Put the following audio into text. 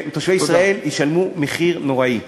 תושבי ישראל ישלמו מחיר נוראי.